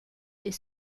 est